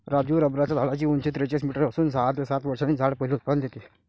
राजू रबराच्या झाडाची उंची त्रेचाळीस मीटर असून सहा ते सात वर्षांनी झाड पहिले उत्पादन देते